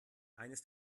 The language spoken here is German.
eines